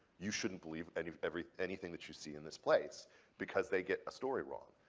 you shouldn't believe any every anything that you see in this place because they get a story wrong.